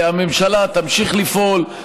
הממשלה תמשיך לפעול,